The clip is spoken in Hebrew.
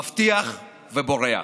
מבטיח ובורח,